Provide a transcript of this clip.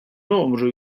numru